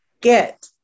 get